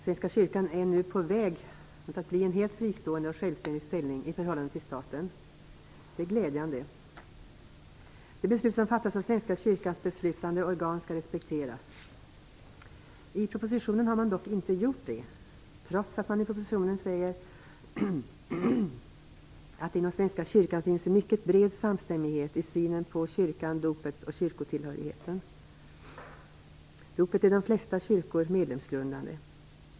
Svenska kyrkan är nu på väg att bli helt fristående och att få en helt självständig ställning i förhållande till staten. Det är glädjande. Det beslut som fattas av Svenska kyrkans beslutande organ skall respekteras. I propositionen har man dock inte gjort det, trots att man där säger att det inom Svenska kyrkan finns en mycket bred samstämmighet i synen på kyrkan, dopet och kyrkotillhörigheten. Dopet är i de flesta kyrkor medlemsgrundande.